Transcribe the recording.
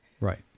Right